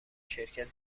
شرکت